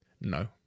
No